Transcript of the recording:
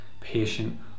patient